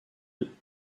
deux